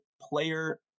player